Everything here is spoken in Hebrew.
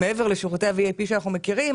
וזה מעבר לשירותי ה-VIP שאנחנו מכירים,